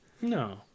No